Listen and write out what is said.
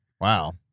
Wow